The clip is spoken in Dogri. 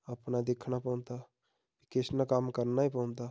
अपना दिक्खना पौंदा किश न कम्म करना पौंदा